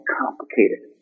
complicated